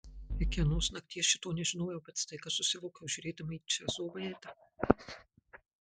iki anos nakties šito nežinojau bet staiga susivokiau žiūrėdama į česo veidą